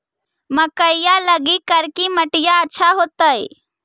मकईया लगी करिकी मिट्टियां अच्छा होतई